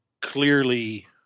clearly